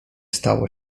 stało